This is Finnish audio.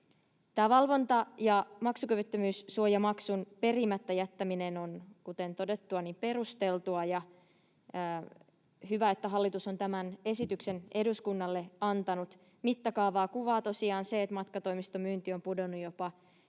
valvonta- ja maksukyvyttömyyssuojamaksun perimättä jättäminen on, kuten todettua, perusteltua, ja hyvä, että hallitus on tämän esityksen eduskunnalle antanut. Mittakaavaa kuvaa tosiaan se, että matkatoimistomyynti on pudonnut jopa 94